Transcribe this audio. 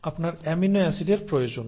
সুতরাং আপনার অ্যামিনো অ্যাসিডের প্রয়োজন